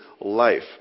life